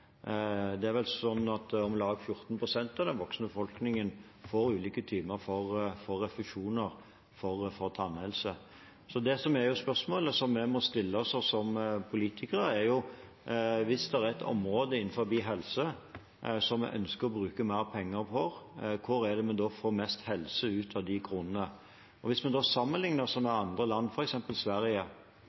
Det er vel sånn at om lag 14 pst. av den voksne befolkningen får ulike typer refusjoner for tannhelse. Så det som er spørsmålet som vi må stille oss som politikere, er: Hvis det er et område innenfor helse som vi ønsker å bruke mer penger på, hvor er det vi da får mest helse ut av de kronene? Hvis vi sammenligner oss med andre land, f.eks. Sverige,